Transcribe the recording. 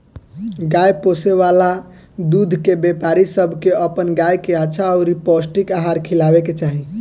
गाय पोसे वाला दूध के व्यापारी सब के अपन गाय के अच्छा अउरी पौष्टिक आहार खिलावे के चाही